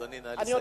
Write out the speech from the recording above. אדוני, נא לסיים.